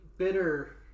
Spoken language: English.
Bitter